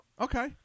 Okay